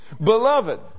Beloved